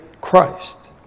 Christ